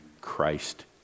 Christ